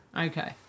Okay